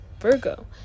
Virgo